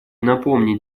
напомнить